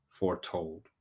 foretold